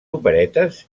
operetes